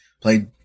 played